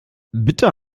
bitte